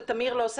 לא.